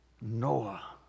Noah